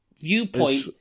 viewpoint